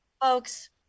folks